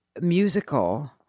musical